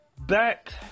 Back